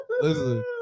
listen